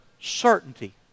certainty